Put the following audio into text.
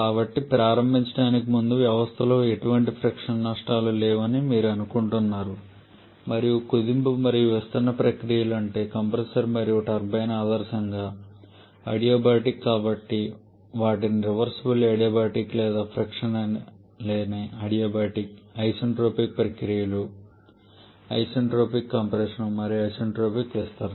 కాబట్టి ప్రారంభించడానికి ముందు వ్యవస్థలో ఎటువంటి ఫ్రిక్షన్ నష్టాలు లేవని మీరు అనుకుంటున్నారు మరియు కుదింపు మరియు విస్తరణ ప్రక్రియలు అంటే అక్కడ కంప్రెసర్ మరియు టర్బైన్ ఆదర్శంగా అడియాబాటిక్ కాబట్టి వాటిని రివర్సిబుల్ అడియాబాటిక్ లేదా ఫ్రిక్షన్ లేని అడియాబాటిక్ ఐసెన్ట్రోపిక్ ప్రక్రియలు ఐసెన్ట్రోపిక్ కంప్రెషన్ మరియు ఐసెన్ట్రోపిక్ విస్తరణ